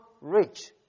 rich